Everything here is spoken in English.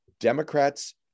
Democrats